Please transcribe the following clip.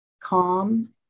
calm